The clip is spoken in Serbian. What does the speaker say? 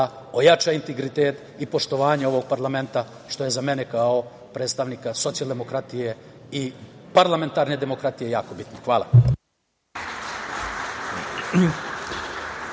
ojača integritet i poštovanje ovog parlamenta, što je za mene kao predstavnika socijaldemokratije i parlamentarne demokratije jako bitno. Hvala.